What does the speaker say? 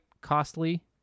costly